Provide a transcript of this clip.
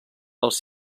els